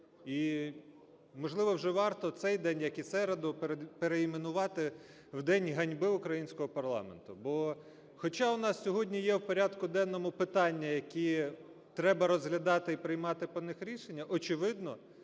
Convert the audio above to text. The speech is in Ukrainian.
і, можливо, вже варто цей день, як і середу, перейменувати в день ганьби українського парламенту. Бо, хоча у нас сьогодні є в порядку денному питання, які треба розглядати і приймати по них рішення, очевидно,